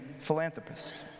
philanthropist